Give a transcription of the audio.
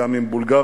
גם עם בולגריה,